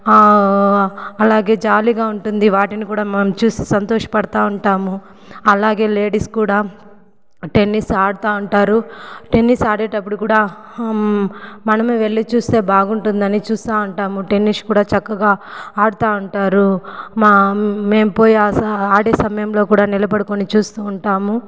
అలాగే జాలీగా ఉంటుంది వాటిని కూడా మనం చూసి సంతోష పడుతూ ఉంటాము అలాగే లేడీస్ కూడా టెన్నీస్ ఆడుతూ ఉంటారు టెన్నీస్ ఆడేటప్పుడు కూడా మనమే వెళ్లి చూస్తే బాగుంటుందని చూస్తూ ఉంటాము టెన్నీస్ కూడా చక్కగా ఆడుతా ఉంటారు మా మేం పోయి ఆడే సమయంలో కూడా నిలబడి చూస్తూ ఉంటాము